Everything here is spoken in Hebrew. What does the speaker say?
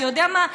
אתה יודע מה,